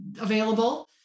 available